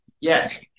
Yes